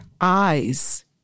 eyes